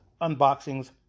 unboxings